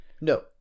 No